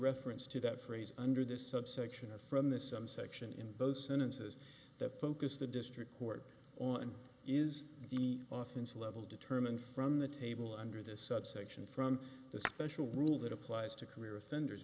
reference to that phrase under this subsection a from the some section in both sentences that focus the district court on is the author is level determined from the table under this subsection from the special rule that applies to career offenders